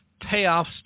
payoffs